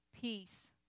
peace